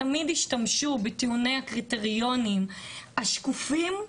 תמיד השתמשו בטיעוני הקריטריונים השקופים,